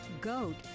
goat